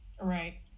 right